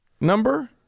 number